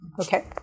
Okay